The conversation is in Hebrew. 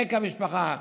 חיק המשפחה,